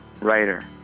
writer